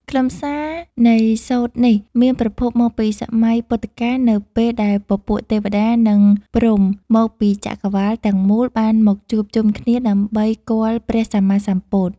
ខ្លឹមសារនៃសូត្រនេះមានប្រភពមកពីសម័យពុទ្ធកាល នៅពេលដែលពពួកទេវតា និងព្រហ្មមកពីចក្រវាឡទាំងមូលបានមកជួបជុំគ្នាដើម្បីគាល់ព្រះសម្មាសម្ពុទ្ធ។